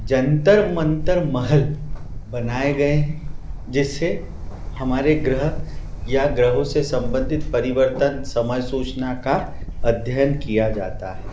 जन्तर मन्तर महल बनाए गए हैं जिससे हमारे ग्रह या ग्रहों से सम्बन्धित परिवर्तन समय सूचना का अध्ययन किया जाता है